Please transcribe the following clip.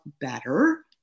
better